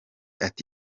ati